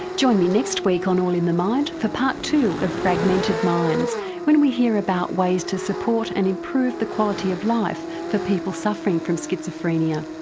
join me next week on all in the mind for part two of fragmented minds when we hear about ways to support and improve the quality of life for people suffering from schizophrenia.